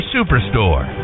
Superstore